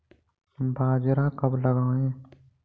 बाजरा कब लगाएँ?